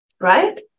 right